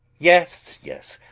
yes, yes,